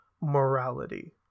morality